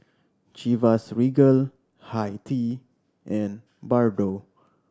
Chivas Regal Hi Tea and Bardot